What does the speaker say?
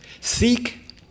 Seek